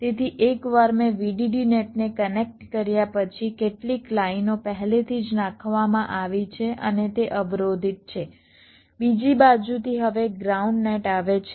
તેથી એકવાર મેં VDD નેટને કનેક્ટ કર્યા પછી કેટલીક લાઇનો પહેલેથી જ નાખવામાં આવી છે અને તે અવરોધિત છે બીજી બાજુથી હવે ગ્રાઉન્ડ નેટ આવે છે